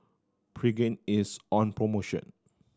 pregain is on promotion